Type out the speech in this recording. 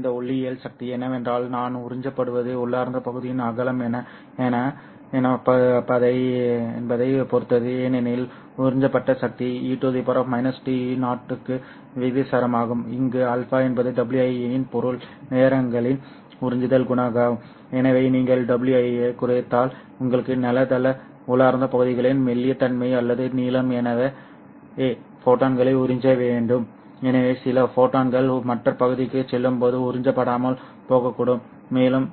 ஆனால் இந்த ஒளியியல் சக்தி என்னவென்றால் நான் உறிஞ்சப்படுவது உள்ளார்ந்த பகுதியின் அகலம் என்ன என்பதைப் பொறுத்தது ஏனெனில் உறிஞ்சப்பட்ட சக்தி e to க்கு விகிதாசாரமாகும் இங்கு α என்பது WI இன் பொருள் நேரங்களின் உறிஞ்சுதல் குணகம் எனவே நீங்கள் WI ஐக் குறைத்தால் உங்களுக்கு நல்லதல்ல உள்ளார்ந்த பகுதிகளின் மெல்லிய தன்மை அல்லது நீளம் எனவே ஃபோட்டான்களை உறிஞ்ச வேண்டும் எனவே சில ஃபோட்டான்கள் மற்ற பகுதிக்குச் செல்லும்போது உறிஞ்சப்படாமல் போகக்கூடும் மேலும்